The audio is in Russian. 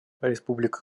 республика